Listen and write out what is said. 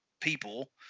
people